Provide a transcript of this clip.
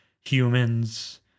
humans